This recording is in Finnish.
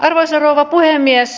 arvoisa rouva puhemies